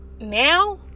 now